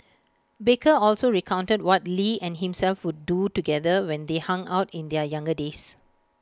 baker also recounted what lee and himself would do together when they hung out in their younger days